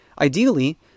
Ideally